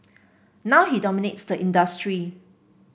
now he dominates the industry